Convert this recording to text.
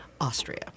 Austria